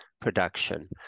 production